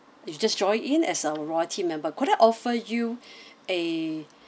you just join in as a royalty member could I offer you a